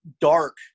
dark